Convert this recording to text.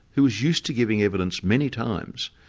who's used to giving evidence many times,